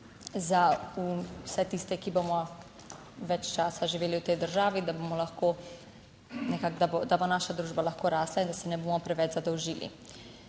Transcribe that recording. za vse tiste, ki bomo več časa živeli v tej državi, da bomo lahko nekako, da bo naša družba lahko rasla in da se ne bomo preveč zadolžili.